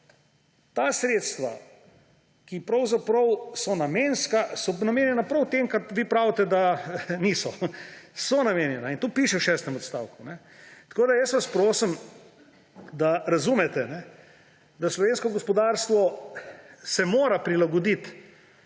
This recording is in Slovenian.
namenska, so namenjena prav temu, čemur vi pravite, da niso. So namenjena, in to piše v šestem odstavku. Jaz vas prosim, da razumete, da slovensko gospodarstvo se mora prilagoditi